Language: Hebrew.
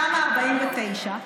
תמ"א 49,